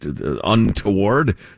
untoward